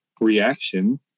reaction